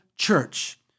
Church